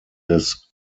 des